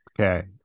Okay